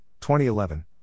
2011